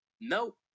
No